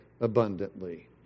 abundantly